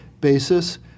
basis